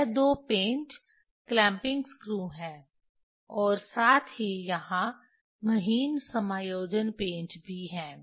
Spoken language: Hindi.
यह दो पेंच क्लैंपिंग स्क्रू हैं और साथ ही यहां महीन समायोजन पेंच भी हैं